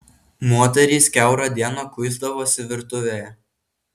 moterys kiaurą dieną kuisdavosi virtuvėje